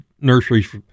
nurseries